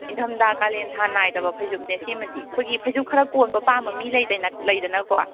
ꯅꯤꯡꯗꯝꯗꯥ ꯀꯥꯂꯦꯟꯊꯥ ꯅꯥꯏꯗꯕ ꯐꯩꯖꯨꯞꯅꯦ ꯁꯤꯃꯗꯤ ꯑꯩꯈꯣꯏꯒꯤ ꯐꯩꯖꯨꯞ ꯈꯔ ꯀꯣꯟꯕ ꯄꯥꯝꯕ ꯃꯤ ꯂꯩꯗꯅ ꯂꯩꯗꯅꯀꯣ